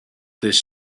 this